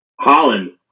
Holland